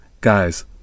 guys